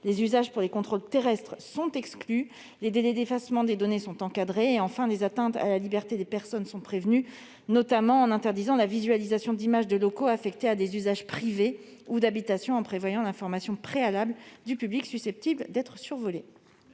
Les usages pour les contrôles terrestres sont exclus. Les délais d'effacement des données sont encadrés. Enfin, les atteintes à la liberté des personnes sont prévenues, notamment par l'interdiction de la visualisation d'images de locaux affectés à des usages privés ou d'habitation, en prévoyant l'information préalable du public susceptible d'être survolé.